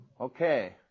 Okay